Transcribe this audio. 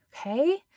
okay